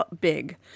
big